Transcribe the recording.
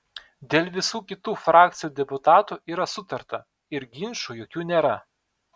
dėl visų kitų frakcijų deputatų yra sutarta ir ginčų jokių nėra